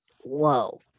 whoa